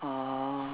orh